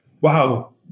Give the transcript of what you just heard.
wow